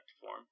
form